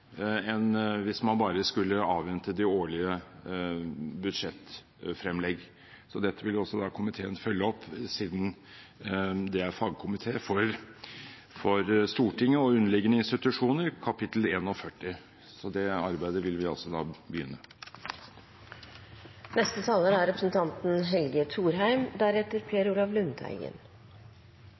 en sak som må rapporteres tettere til Stortinget i stedet for bare å avvente de årlige budsjettfremlegg. Dette vil også komiteen følge opp, siden den er fagkomité for Stortinget og underliggende institusjoner, kapittel 41. Det arbeidet vil vi altså begynne.